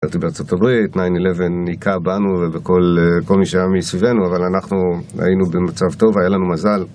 הייתי בארה״ב, 9-11 היכה בנו ובכל מי שהיה מסביבנו, אבל אנחנו היינו במצב טוב, היה לנו מזל.